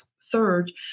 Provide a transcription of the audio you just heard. Surge